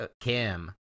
Kim